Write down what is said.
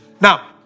Now